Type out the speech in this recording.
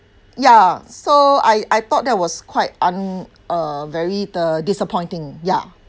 ya so I I thought that was quite un~ uh very the disappointing ya